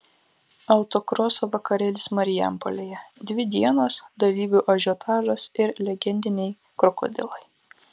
autokroso vakarėlis marijampolėje dvi dienos dalyvių ažiotažas ir legendiniai krokodilai